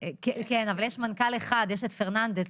כן, אבל יש מנכ"ל אחד, יש את פרננדס.